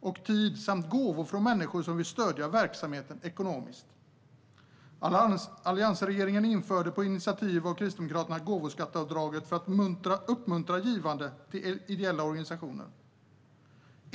och tid samt gåvor från människor som vill stödja verksamheter ekonomiskt. Alliansregeringen införde på initiativ av Kristdemokraterna gåvoskatteavdraget för att uppmuntra givande till ideella organisationer.